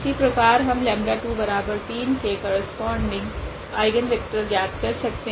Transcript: इसी प्रकार हम 𝜆23 के करस्पोंडिंग आइगनवेक्टर ज्ञात कर सकते है